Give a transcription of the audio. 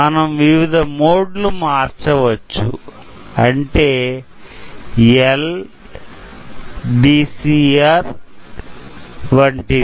మనం వివిధ మోడ్ లు మార్చవచ్చు అంటే L DCR C R వంటివి